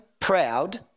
proud